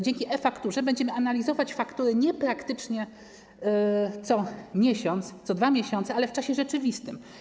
Dzięki e-fakturze będziemy analizować faktury nie praktycznie co miesiąc, co 2 miesiące, ale w czasie rzeczywistym.